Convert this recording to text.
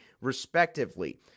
respectively